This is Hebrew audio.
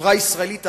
החברה הישראלית,